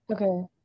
Okay